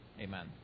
Amen